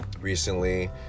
recently